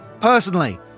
personally